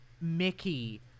Mickey